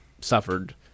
suffered